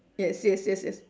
yes yes yes yes